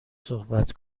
صحبت